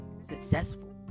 successful